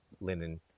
linen